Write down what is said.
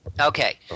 Okay